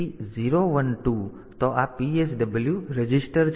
તેથી 0 1 2 તો આ PSW રજિસ્ટર છે